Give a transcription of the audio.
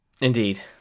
indeed